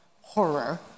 horror